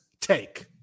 take